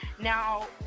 Now